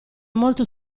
molto